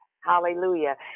Hallelujah